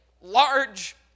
large